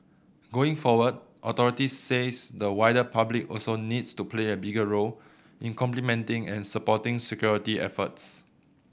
going forward authorities says the wider public also needs to play a bigger role in complementing and supporting security efforts